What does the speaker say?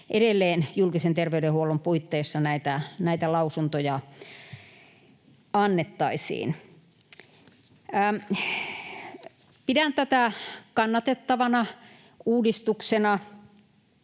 edelleen julkisen terveydenhuollon puitteissa näitä lausuntoja annettaisiin. Pidän tätä kannatettavana uudistuksena.